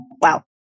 wow